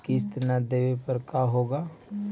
किस्त न देबे पर का होगा?